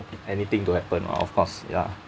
anything to happen of course ya